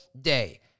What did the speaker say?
day